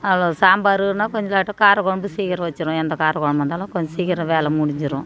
அவ்வளோ சாம்பாருனால் கொஞ்சாட்டம் காரக்கொழம்பு சீக்கிரம் வச்சிடுவேன் எந்த காரக்கொழம்பா இருந்தாலும் கொஞ்சம் சீக்கிரம் வேலை முடிஞ்சிரும்